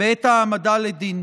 בעת ההעמדה לדין.